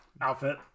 outfit